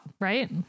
right